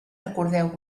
recordeu